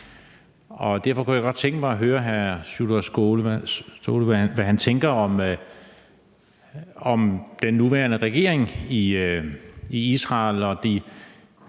Derfor kunne jeg godt tænke mig at høre hr. Sjúrður Skaale, hvad han tænker om den nuværende regering i Israel og de